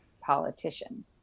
politician